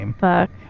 fuck